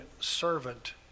servant